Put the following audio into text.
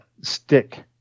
stick